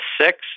six